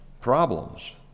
problems